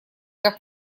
как